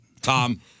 Tom